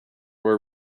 were